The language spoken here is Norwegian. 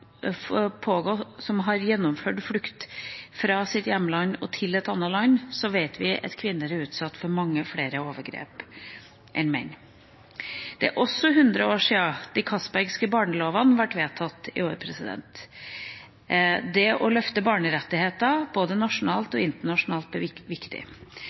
den som har jobbet med folk som har flyktet fra sitt hjemland og til et annet land, vet at kvinner er utsatt for mange flere overgrep enn menn. Det er i år 100 år siden de Castbergske barnelovene ble vedtatt. Det å løfte barnerettigheter, både nasjonalt og internasjonalt,